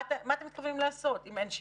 מה אתם מתכוונים לעשות אם אין שינוי?